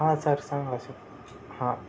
हां सर सांगा सां हां